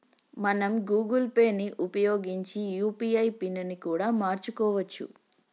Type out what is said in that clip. మనం Google Pay ని ఉపయోగించి యూ.పీ.ఐ పిన్ ని కూడా మార్చుకోవచ్చు